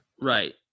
Right